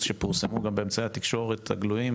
שפורסמו גם באמצעי התקשורת הגלויים,